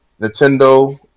Nintendo